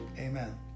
Amen